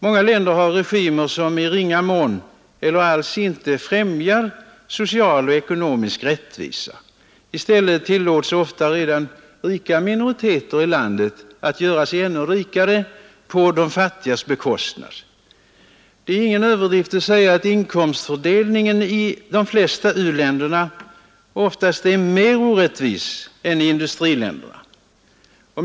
Många länder har regimer som i ringa mån — eller inte alls — främjar social och ekonomisk rättvisa. I stället tillåts ofta redan rika minoriteter i landet att göra sig ännu rikare på de fattigas bekostnad. Det är ingen överdrift att säga att inkomstfördelningen oftast är mer orättvis i u-länderna än i industriländerna.